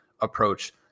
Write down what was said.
approach